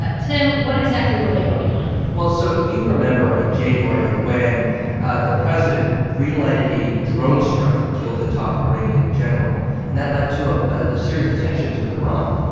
tim, what exactly were they voting on? well, so you remember in january, when the president greenlighted a drone strike that killed a top iranian general. and that led to ah a series of tensions with iran.